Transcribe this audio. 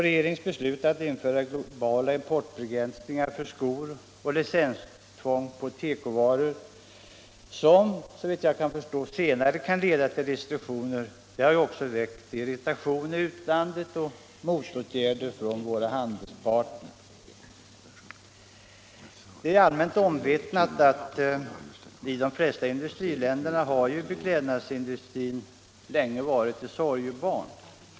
Regeringens beslut att införa globala importbegränsningar för skor och licenstvång på tekovaror, vilket senare kan leda till liknande restriktioner, har väckt irritation i utlandet och motåtgärder från våra handelspartner. Det är allmänt omvittnat att i de flesta industriländerna har beklädnadsindustrin länge varit ett sorgebarn.